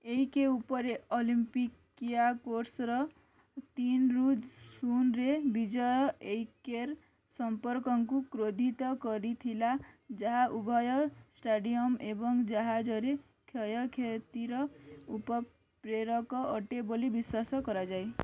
ଏଇକେ ଉପରେ ଅଲିମ୍ପିକ୍ କିଆ କୋର୍ସର ତିନିରୁ ଶୁନରେ ବିଜୟ ଏଇକେର ସମ୍ପର୍କଙ୍କୁ କ୍ରୋଧିତ କରିଥିଲା ଯାହା ଉଭୟ ଷ୍ଟାଡ଼ିୟମ୍ ଏବଂ ଜାହାଜରେ କ୍ଷୟକ୍ଷତିର ଉପ ପ୍ରେରକ ଅଟେ ବୋଲି ବିଶ୍ୱାସ କରାଯାଏ